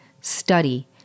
study